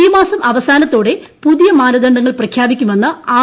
ഈ മാസം അവസാനത്തോടെ പുതിയ മാനദണ്ഡങ്ങൾ പ്രഖ്യാപിക്കുമെന്ന് ആർ